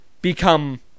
become